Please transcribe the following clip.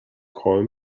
call